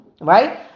right